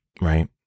Right